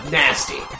nasty